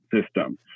system